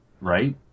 Right